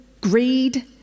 greed